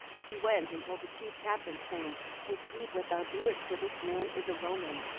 he went and told the chief captain, saying, take heed what thou doest for this man is a roman.